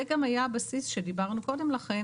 זה גם היה הבסיס שדיברנו קודם לכן